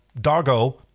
Dargo